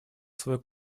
свой